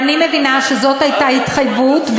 אני מבינה שזאת הייתה ההתחייבות,